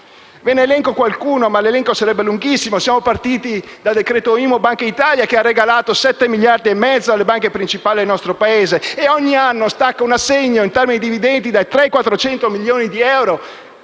ve ne elenco alcuni (ma l'elenco sarebbe lunghissimo): siamo partiti dal decreto IMU-Bankitalia che ha regalato 7,5 miliardi alle banche principali del nostro Paese e ogni anno stacca un assegno in termini di dividendi dai 300 ai 400 milioni di euro